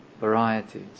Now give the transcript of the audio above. varieties